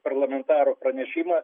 parlamentaro pranešimą